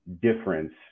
difference